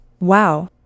Wow